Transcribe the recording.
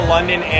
London